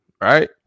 right